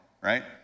right